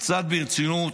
קצת ברצינות,